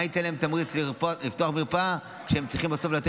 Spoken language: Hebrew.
מה ייתן להם תמריץ לפתוח מרפאה כשהם צריכים בסוף לתת